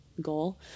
goal